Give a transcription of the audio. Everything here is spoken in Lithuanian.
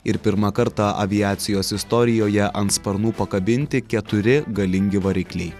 ir pirmą kartą aviacijos istorijoje ant sparnų pakabinti keturi galingi varikliai